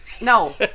No